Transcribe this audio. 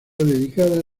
dedicada